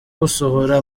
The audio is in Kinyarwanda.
gusohora